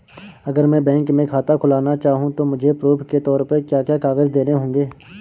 अगर मैं बैंक में खाता खुलाना चाहूं तो मुझे प्रूफ़ के तौर पर क्या क्या कागज़ देने होंगे?